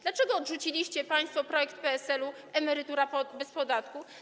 Dlaczego odrzuciliście państwo projekt PSL-u „Emerytura bez podatku”